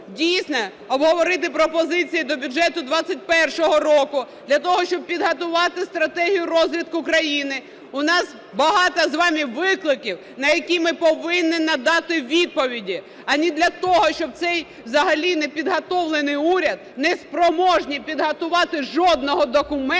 дійсно обговорити пропозиції до бюджету 2021 року, для того, щоб підготувати стратегію розвитку країни? У нас багато з вами викликів, на які ми повинні надати відповіді, а не для того, щоб цей взагалі непідготовлений уряд не спроможний підготувати жодного документу,